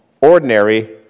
ordinary